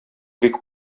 бик